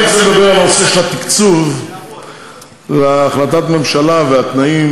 אני רוצה לדבר על הנושא של תקצוב החלטת הממשלה והתנאים,